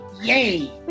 yay